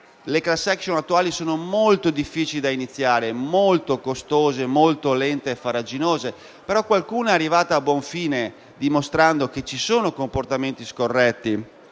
le *class action* attuali sono molto difficili da avviare, molto costose, con procedure molto lente e farraginose, però qualcuna è arrivata a buon fine, dimostrando che ci sono comportamenti scorretti.